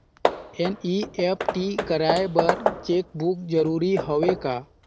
NEFT कराय बर cheque book जरूरी हवय का?